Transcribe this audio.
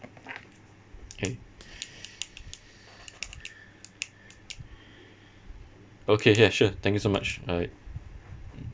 okay okay ya sure thank you so much alright